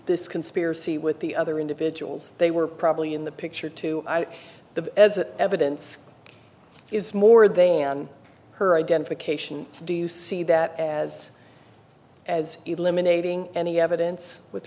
this conspiracy with the other individuals they were probably in the picture to the evidence is more than her identification do you see that as as eliminating any evidence with